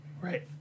Right